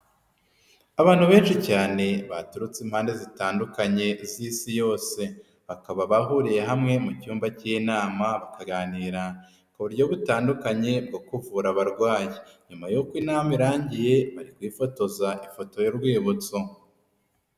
Abantu benshi cyane baturutse impande zitandukanye z'Isi yose, bakaba bahuriye hamwe mu cyumba cy'inama bakaganira ku buryo butandukanye bwo kuvura abarwayi, nyuma y'uko inama irangiye twifotoza ifoto y'urwibutso.